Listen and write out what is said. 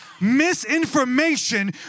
Misinformation